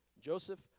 Joseph